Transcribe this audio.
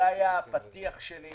זה היה הפתיח שלי,